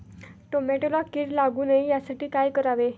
टोमॅटोला कीड लागू नये यासाठी काय करावे?